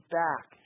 back